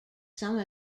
some